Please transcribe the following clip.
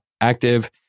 active